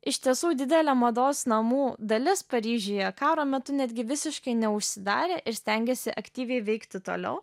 iš tiesų didelė mados namų dalis paryžiuje karo metu netgi visiškai neužsidarė ir stengėsi aktyviai veikti toliau